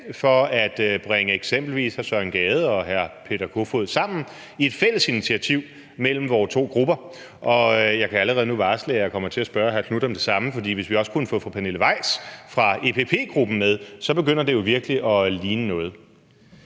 for at bringe eksempelvis hr. Søren Gade og hr. Peter Kofod sammen i et fælles initiativ mellem vore to grupper. Jeg kan allerede nu varsle, at jeg kommer til at spørge hr. Knuth om det samme, for hvis vi også kunne få fru Pernille Weiss fra EPP-gruppen med, så begynder det jo virkelig at ligne noget.